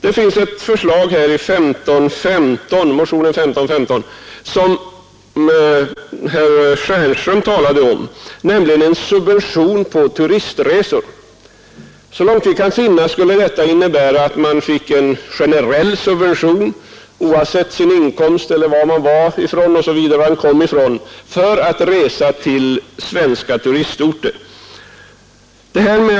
Det finns ett förslag i motionen 1515, som herr Stjernström talade om, nämligen förslag till en subvention på turistresor. Så långt vi kan finna skulle det innebära en generell subvention, som skulle gälla oavsett inkomst, bostadsort osv. för resa till svenska turistorter.